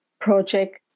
project